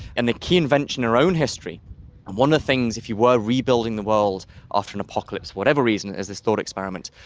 and the key invention in our own history, and one of the things, if you were rebuilding the world after an apocalypse for whatever reason, is this thought experiment,